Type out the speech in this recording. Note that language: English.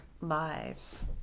lives